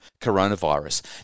coronavirus